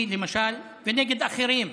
למשל, נגדי ונגד אחרים,